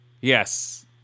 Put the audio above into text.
yes